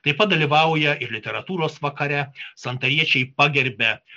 taip pat dalyvauja ir literatūros vakare santariečiai pagerbia